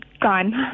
gone